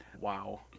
wow